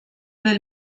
del